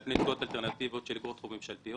על פני תשואות אלטרנטיבות של אגרות חוב ממשלתיות.